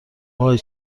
وای